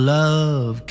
love